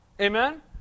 Amen